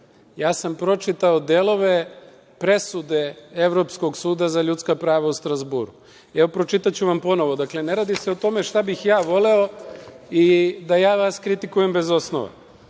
sam delove presude Evropskog suda za ljudska prava u Strazburu. Pročitaću vam ponovo. Dakle, ne radi se o tome šta bih voleo i da vas kritikujem bez osnova. Kaže: